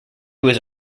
was